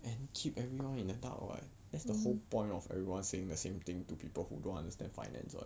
hmm